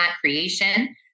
creation